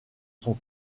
son